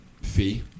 fee